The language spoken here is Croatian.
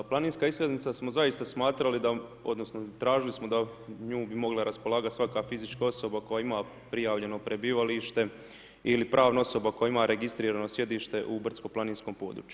Planinska iskaznica smo zaista smatrali da, odnosno tražili smo da nju bi mogla raspolagat svaka fizička osoba koja ima prijavljeno prebivalište ili pravna osoba koja ima registrirano sjedište u brdsko planinskom području.